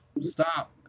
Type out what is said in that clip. stop